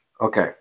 Okay